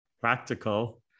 practical